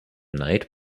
night